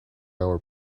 our